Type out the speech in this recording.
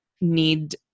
need